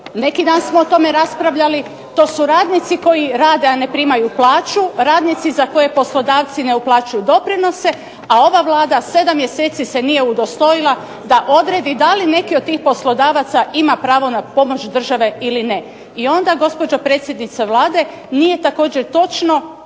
neki dan smo o tome raspravljali, to su radnici koji rade, a ne primaju plaću, radnici za koje poslodavci ne uplaćuju doprinose, a ova Vlada 7 mjeseci se nije udostojila da odredi da li neki od tih poslodavaca ima pravo na pomoć države ili ne. I onda, gospođo predsjednice Vlade, nije također točno